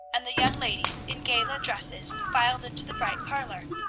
and the young ladies in gala dresses filed into the bright parlor.